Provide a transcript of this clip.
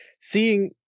seeing